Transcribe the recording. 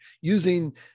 using